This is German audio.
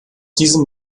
diesem